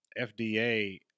FDA